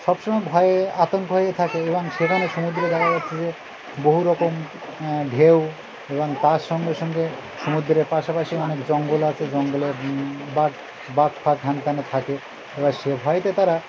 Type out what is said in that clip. সবসময় ভয়ে আতঙ্ক হয়ে থাকে এবং সেখানে সমুদ্রে দেখা যাচ্ছে যে বহু রকম ঢেউ এবং তার সঙ্গে সঙ্গে সমুদ্রের পাশাপাশি অনেক জঙ্গল আছে জঙ্গলের বাঘ বাঘ ফাঘ হেনতেন থাকে এবার সে ভয়তে তারা